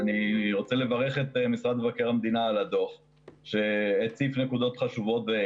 אני רוצה לברך את משרד מבקר המדינה על הדוח שהציף נקודות חשובות.